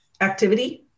activity